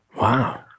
Wow